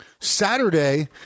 Saturday